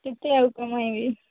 କେତେ ଆଉ କମେଇବି